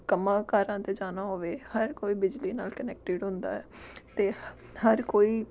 ਕੰਮਾਂ ਕਾਰਾਂ 'ਤੇ ਜਾਣਾ ਹੋਵੇ ਹਰ ਕੋਈ ਬਿਜਲੀ ਨਾਲ ਕਨੈਕਟਿਡ ਹੁੰਦਾ ਹੈ ਅਤੇ ਹਰ ਕੋਈ